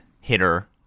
hitter